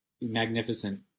magnificent